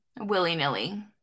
willy-nilly